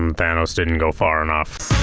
um thanos didn't go far enough.